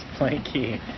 blankie